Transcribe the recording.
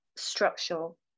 structural